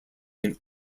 can